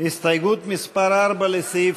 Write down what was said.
המשותפת לסעיף